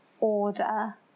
order